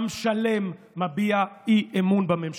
עם שלם מביע אי-אמון בממשלה,